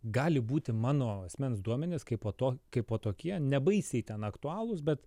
gali būti mano asmens duomenys kai po to kai po tokie nebaisiai ten aktualūs bet